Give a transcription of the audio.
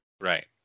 Right